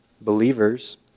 believers